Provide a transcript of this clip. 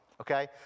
okay